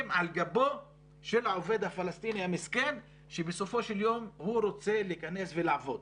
על גבו של העובד הפלסטיני המסכן שבסופו של יום הוא רוצה לעבוד.